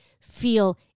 feel